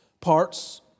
parts